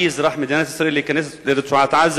אזרח מדינת ישראל להיכנס לרצועת-עזה,